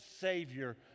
Savior